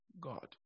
God